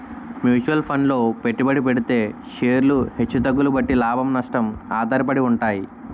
mutual funds లో పెట్టుబడి పెడితే షేర్లు హెచ్చు తగ్గుల బట్టి లాభం, నష్టం ఆధారపడి ఉంటాయి